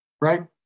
Right